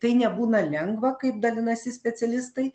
tai nebūna lengva kaip dalinasi specialistai